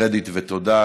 לא מעט קרדיט ותודה.